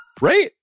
right